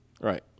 Right